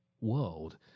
world